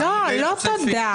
לא, לא תודה.